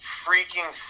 freaking